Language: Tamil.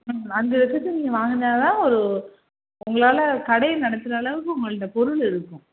ம் அஞ்சு லட்சத்துக்கு நீங்கள் வாங்கினாதான் ஒரு உங்களால் கடையை நடத்துகிற அளவுக்கு உங்கள்கிட்ட பொருள் இருக்கும்